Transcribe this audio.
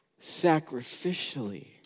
sacrificially